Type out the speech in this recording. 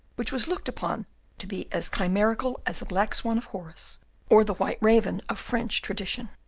which was looked upon to be as chimerical as the black swan of horace or the white raven of french tradition.